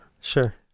Sure